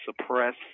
suppress